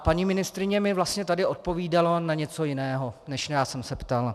Paní ministryně mi vlastně tady odpovídala na něco jiného, než jsem se ptal.